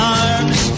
arms